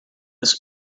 this